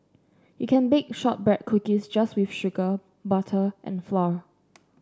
you can bake shortbread cookies just with sugar butter and flour